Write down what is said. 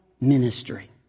ministry